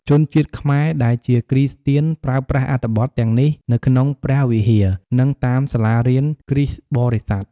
ជនជាតិខ្មែរដែលជាគ្រីស្ទានប្រើប្រាស់អត្ថបទទាំងនេះនៅក្នុងព្រះវិហារ និងតាមសាលារៀនគ្រីស្ទបរិស័ទ។